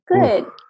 Good